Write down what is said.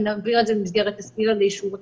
נעביר את זה במסגרת של אישור הכנסת.